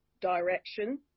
direction